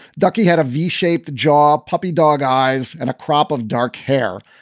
ducky had a v shaped jaw, puppy dog eyes and a crop of dark hair.